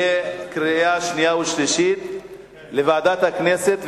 לקריאה שנייה וקריאה שלישית לוועדת הכנסת,